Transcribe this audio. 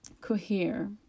cohere